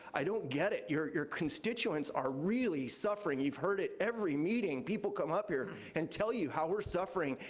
i don't get it. your your constituents are really suffering. you've heard it every meeting. people come up here and tell you how we're suffering,